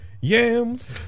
Yams